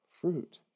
fruit